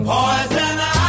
Poison